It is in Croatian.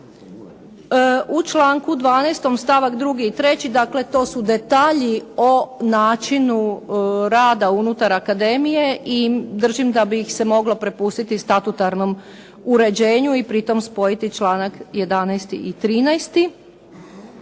U članku 12. stavak 2. i 3., dakle to su detalji o načinu rada unutar akademije i držim da bi ih se moglo prepustiti statutarnom uređenju i pritom spojiti članak 11. i 13.